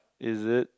is it